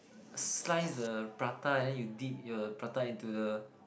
slice the prata and then you dip the prata into the